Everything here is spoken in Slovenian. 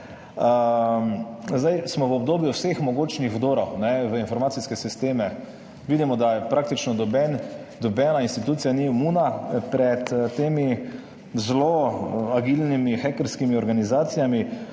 Zdaj, smo v obdobju vseh mogočnih vdorov v informacijske sisteme. Vidimo, da je praktično noben, nobena institucija ni imuna, pred temi zelo agilnimi hekerskimi organizacijami,